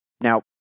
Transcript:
Now